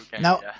now